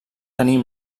tenir